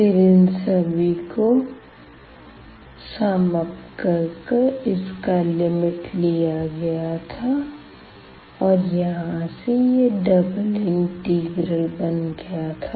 फिर इन सभी को संयुक्त कर कर इसका लिमिट लिया गया था और यहाँ से यह डबल इंटीग्रल बन गया था